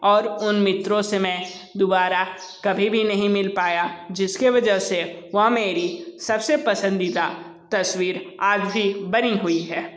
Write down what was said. और उन मित्रों से मैं दुबारा कभी भी नहीं मिल पाया जिस के वजह से वह मेरी सब से पसंदीदा तस्वीर आज भी बनी हुई है